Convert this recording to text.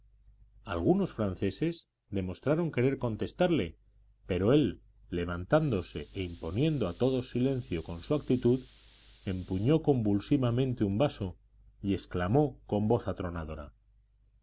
algunos franceses demostraron querer contestarle pero él levantándose e imponiendo a todos silencio con su actitud empuñó convulsivamente un vaso y exclamó con voz atronadora